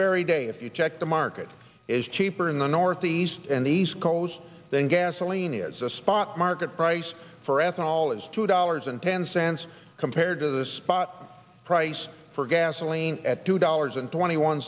very day if you check the market is cheaper in the northeast and the east coast then gasoline is a spot market price for ethanol is two dollars and ten cents compared to the spot price for gasoline at two dollars and twenty one